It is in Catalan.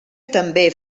també